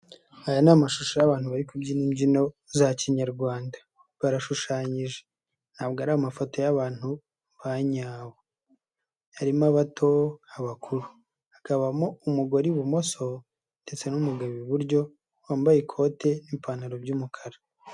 Aya ni amashusho y'abantu bari kubyina imbyino za kinyarwanda, barashushanyije ntabwo ari amafoto y'abantu ba nyabo. Harimo abato, abakuru. Hakabamo umugore ibumoso ndetse n'umugabo iburyo wambaye ikote n'ipantaro by'umukara.